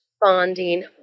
bonding